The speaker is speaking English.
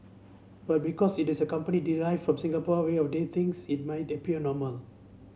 but because it is a company derived from Singapore way of the things it might appear normal